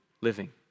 living